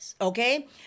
okay